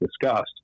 discussed